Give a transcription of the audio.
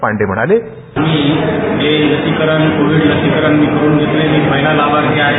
पांडे म्हणाले मी हे लसीकरण कोविड लसीकरण करुन घेतलं मी पहिला लाभार्थी आहे